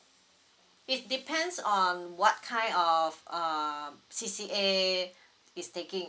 it depends on what kind of uh C_C_A is taking